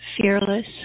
fearless